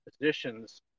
positions